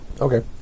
Okay